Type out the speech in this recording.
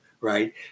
right